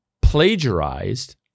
plagiarized